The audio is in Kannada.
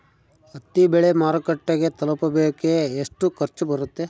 ಹತ್ತಿ ಬೆಳೆ ಮಾರುಕಟ್ಟೆಗೆ ತಲುಪಕೆ ಎಷ್ಟು ಖರ್ಚು ಬರುತ್ತೆ?